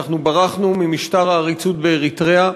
אנחנו ברחנו ממשטר העריצות באריתריאה,